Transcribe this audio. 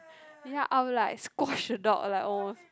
ya I would like squash the dog like oh